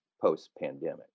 post-pandemic